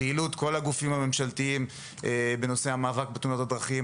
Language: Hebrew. פעילות כל הגופים הממשלתיים בנושא המאבק בתאונות הדרכים,